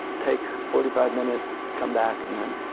take forty five minutes, come back, and then